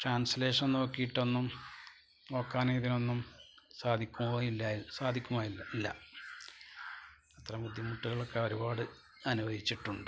translation നോക്കിയിട്ടൊന്നും നോക്കാന് ഇതിനൊന്നും സാധിക്കോ ഇല്ല സാധിക്കുമോ ഇല്ല അത്തരം ബുദ്ധിമുട്ടുകളൊക്കെ ഒരുപാട് അനുഭവിച്ചിട്ടുണ്ട്